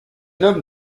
homme